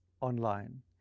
online